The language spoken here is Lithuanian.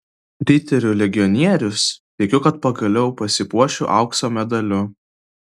riterių legionierius tikiu kad pagaliau pasipuošiu aukso medaliu